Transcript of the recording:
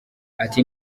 ati